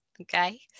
okay